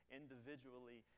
individually